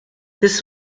this